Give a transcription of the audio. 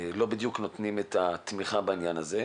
ולא נותנים את התמיכה בעניין הזה.